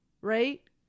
right